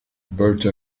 bertha